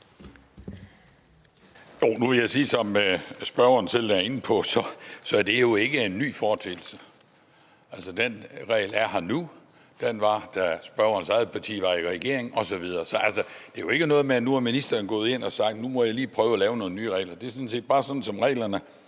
at som spørgeren selv er inde på, er det jo ikke en ny foreteelse. Den regel er her nu, og den var der, da spørgerens eget parti var i regering osv. Så det er jo ikke noget med, at nu er ministeren gået ind og har sagt: Nu må I lige prøve at lave nogle nye regler. Det er sådan set bare sådan, som reglerne